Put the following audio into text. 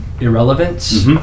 irrelevance